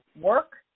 work